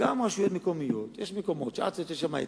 גם רשויות מקומיות, יש מקומות שעד שיוצא שם היתר,